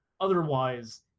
Otherwise